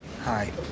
hi